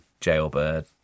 Jailbird